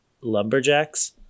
Lumberjacks